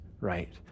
right